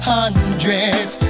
hundreds